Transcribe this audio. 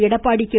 Edappadi K